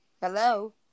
Hello